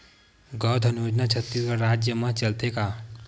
गौधन योजना छत्तीसगढ़ राज्य मा चलथे का?